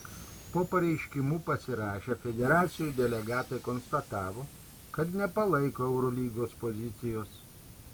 po pareiškimu pasirašę federacijų delegatai konstatavo kad nepalaiko eurolygos pozicijos